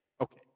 Okay